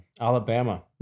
Alabama